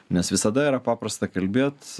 nes visada yra paprasta kalbėt